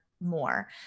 more